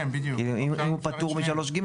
אם הוא פטור מ-3(ג),